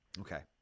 Okay